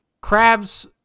Crabs